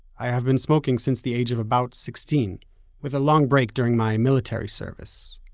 i have been smoking since the age of about sixteen with a long break during my military service.